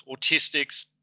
autistics